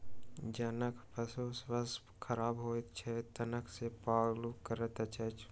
जखन पशुक स्वास्थ्य खराब होइत छै, तखन ओ पागुर करब छोड़ि दैत छै